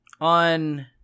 on